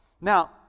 Now